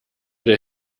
der